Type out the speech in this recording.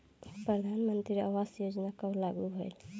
प्रधानमंत्री आवास योजना कब लागू भइल?